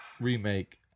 remake